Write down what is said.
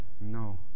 no